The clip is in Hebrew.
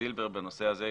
זילבר בנושא הזה.